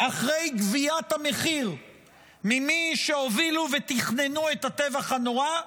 אחרי גביית המחיר ממי שהובילו ותכננו את הטבח הנורא,